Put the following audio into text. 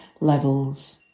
levels